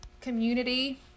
community